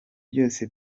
byose